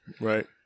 Right